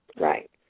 Right